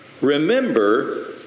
Remember